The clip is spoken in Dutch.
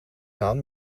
gaan